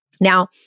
now